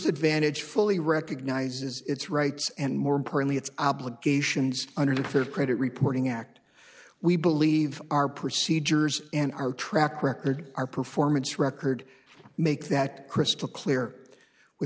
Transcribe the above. advantage fully recognizes its rights and more importantly its obligations under the fair credit reporting act we believe our procedures and our track record our performance record make that crystal clear with